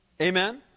Amen